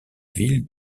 ville